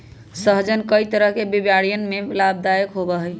सहजन कई तरह के बीमारियन में लाभदायक होबा हई